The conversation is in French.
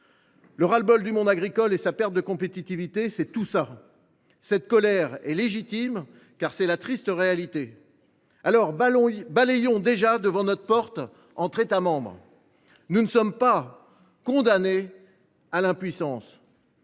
Le ras le bol du monde agricole et sa perte de compétitivité, c’est tout ça ! La colère est légitime face à cette triste réalité. Balayons déjà devant notre porte entre États membres ! Nous ne sommes pas condamnés à l’impuissance.